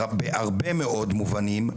בהרבה מאוד מובנים,